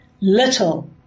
Little